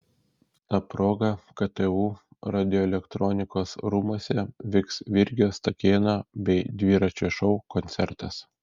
ta proga ktu radioelektronikos rūmuose vyks virgio stakėno bei dviračio šou koncertas